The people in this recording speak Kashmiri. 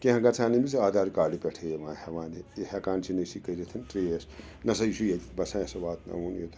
کینٛہ گژھان أمِس آدھار کارڈ پٮ۪ٹھے یِوان ہیوان یہِ ہیٚکان چھِ أسۍ یہِ کٔرِتھ ٹریس نہ سا یہِ چھُ ییٚتِتھ بَسان اسہ واتناوُن یوتَتھ